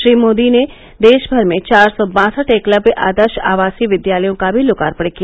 श्री मोदी ने देशभर में चार सौ बासठ एकलव्य आदर्श आवासीय विद्यालयों का भी लोकार्पण किया